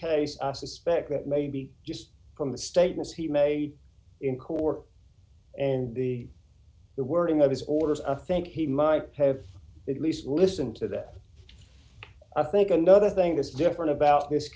case i suspect that maybe just from the statements he made in court and the wording of his orders of think he might have it least listen to that i think another thing that's different about this